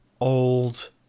old